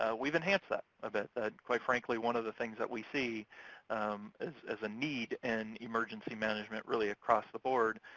we've enhanced that a bit. quite frankly, one of the things that we see as as a need in emergency management really across the board,